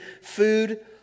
food